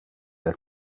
del